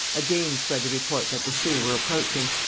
again spread the report that the sioux were approaching.